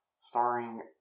starring